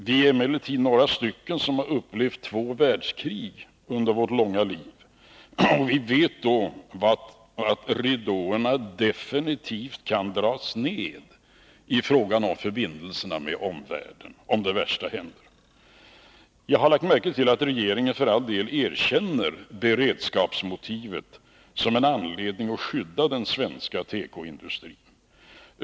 Vi är emellertid några personer som har upplevt två världskrig under vårt långa liv, och vi vet då att ridåerna definitivt kan dras ner i fråga om förbindelserna med omvärlden, om det värsta händer. Jag har lagt märke till att regeringen för all del erkänner beredskapsmotivet som en anledning att skydda den svenska tekoindustrin.